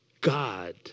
God